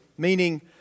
Meaning